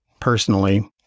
personally